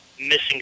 missing